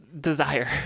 desire